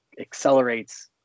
accelerates